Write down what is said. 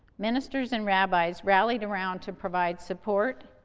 ministers and rabbis, rallied around to provide support,